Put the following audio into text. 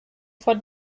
vor